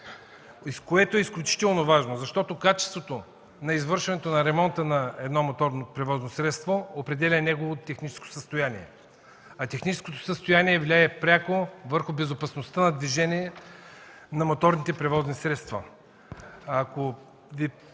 което е изключително важно, защото качеството на извършването на ремонта на едно моторно превозно средство определя неговото техническо състояние, а техническото състояние влияе пряко върху безопасността на движение на моторните превозни средства.